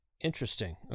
Interesting